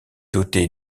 doté